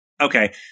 okay